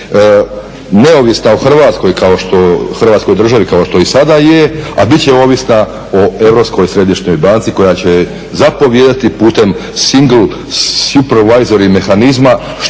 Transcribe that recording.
neovisna o Hrvatskoj državi kao što i sada je a biti će ovisna o Europskoj središnjoj banci koja će zapovijedati putem single supervisory mehanizma